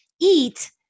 eat